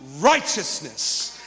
righteousness